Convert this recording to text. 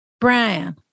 Brian